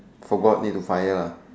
forgot need to fire lah